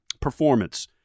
performance